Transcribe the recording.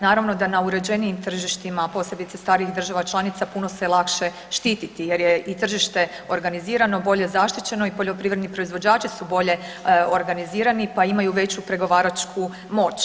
Naravno da na uređenijim tržištima, posebice starijih država članica puno se lakše štititi jer je i tržište organizirano bolje zaštićeno i poljoprivredni proizvođači su bolje organizirani, pa imaju veću pregovaračku moć.